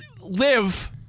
live